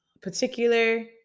particular